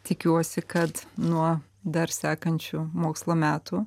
tikiuosi kad nuo dar sekančių mokslo metų